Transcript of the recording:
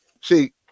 see